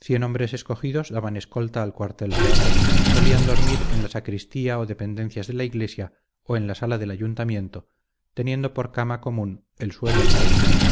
cien hombres escogidos daban escolta al cuartel real y solían dormir en la sacristía o dependencias de la iglesia o en la sala del ayuntamiento teniendo por cama común el suelo duro y frío